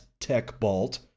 TechBalt